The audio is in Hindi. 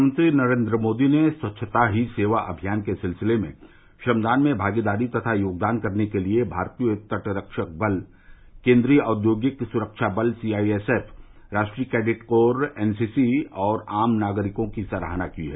प्रधानमंत्री नरेन्द्र मोदी ने स्वच्छता ही सेवा अभियान के सिलसिले में श्रमदान में भागीदारी तथा योगदान करने के लिए भारतीय तटरक्षक बल केन्द्रीय औद्योगिक सुख्वा बल सीआईएसएफ राष्ट्रीय कैडिट कोर एनसीसी और आम नागरिकों की सराहना की है